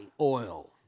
oil